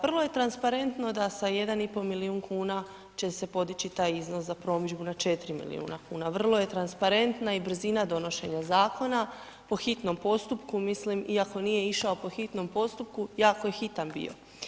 Vrlo je transparentno da sa 1,5 milijun kuna će se podići taj iznos za promidžbu na 4 milijuna kuna, vrlo je transparentna i brzina donošenja zakona po hitnom postupku mislim, iako nije išao po hitnom postupku, jako je hitan bio.